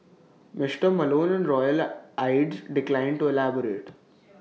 Mister Malone royal aides declined to elaborate